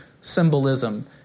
symbolism